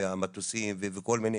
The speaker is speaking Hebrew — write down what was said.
והמטוסים וכל מיני.